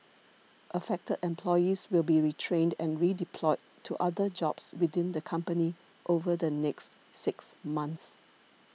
affected employees will be retrained and redeployed to other jobs within the company over the next six months